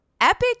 Epic